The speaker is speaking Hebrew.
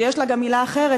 שיש לה גם מילה אחרת,